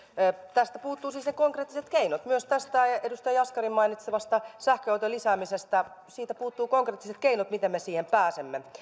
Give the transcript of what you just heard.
tästä puuttuvat siis ne konkreettiset keinot myös tästä edustaja jaskarin mainitsemasta sähköautojen lisäämisestä puuttuvat konkreettiset keinot miten me siihen pääsemme